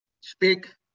speak